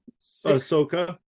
Ahsoka